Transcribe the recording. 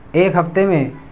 ایک ہفتے میں